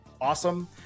Awesome